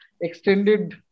extended